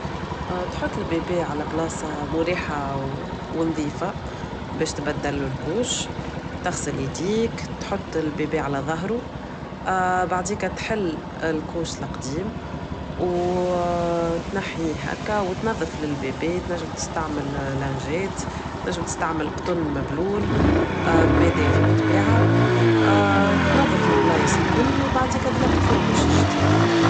اا تحط البيباه على بلاسة مريحة ونظيفة باش تبدلوا الكوش تغسل إيديك تحط البيباه على ظهره اا بعديكة تحل الكوش الأقديم وتنحيه هكا وتنظف للبيباه تنجم تستعمل لانجات تنجم تستعمل قطن مبلول بماء دافي بطبيعة تنظف البلايس الكل وبعديك تلبسوا الكوش الجديد.